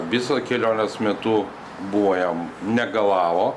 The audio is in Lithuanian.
viso kelionės metu buvo jam negalavo